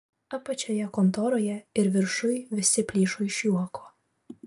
apačioje kontoroje ir viršuj visi plyšo iš juoko